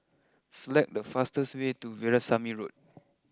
select the fastest way to Veerasamy Road